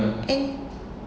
and